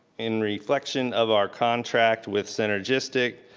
in reflection of our contract with cenergistyc,